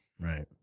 Right